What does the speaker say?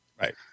Right